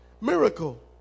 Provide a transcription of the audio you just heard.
Miracle